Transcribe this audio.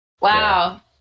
Wow